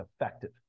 effective